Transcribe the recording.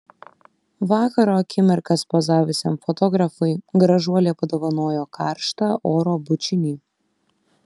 vakaro akimirkas pozavusiam fotografui gražuolė padovanojo karštą oro bučinį